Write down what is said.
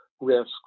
risks